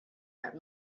that